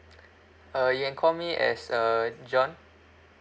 uh you can call me as uh john